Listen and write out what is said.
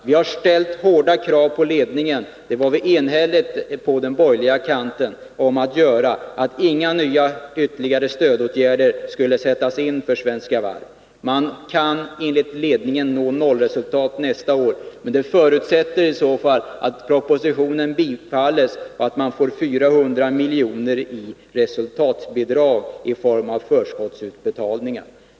Vi har ställt hårda krav på ledningen, det var vi eniga om på den borgerliga kanten att göra — inga ytterligare stödåtgärder skulle sättas in för Svenska Varv. Enligt ledningen kan man uppnå nollresultat nästa år, men det förutsätter i så fall att propositionen bifalles och att man får 400 milj.kr. i resultatbidrag i form av förskottsutbetalningar.